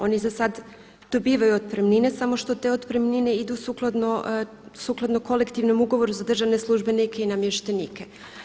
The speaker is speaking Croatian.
Oni zasad dobivaju otpremnine samo što te otpremnine idu sukladno kolektivnom ugovoru za državne službenike i namještenike.